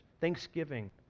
thanksgiving